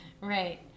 right